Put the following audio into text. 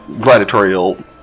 gladiatorial